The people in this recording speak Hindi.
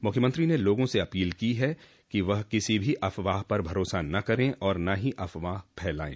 मुख्यमंत्री ने लोगों से अपील की है कि वह किसी भी अफवाह पर भरोसा न करें और न ही अफवाह फैलाएं